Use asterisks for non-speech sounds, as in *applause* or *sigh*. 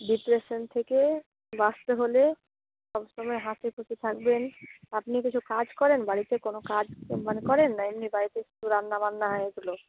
depression থেকে বাঁচতে হলে সবসময় হাসিখুশি থাকবেন আপনি কিছু কাজ করেন বাড়িতে কোনো কাজ মানে করেন না এমনি বাড়িতে *unintelligible* রান্নাবান্না এগুলো